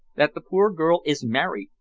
that the poor girl is married,